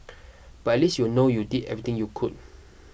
but least you'll know you did everything you could